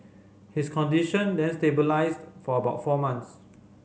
his condition then stabilised for about four months